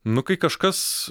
nu kai kažkas